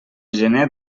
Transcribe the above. gener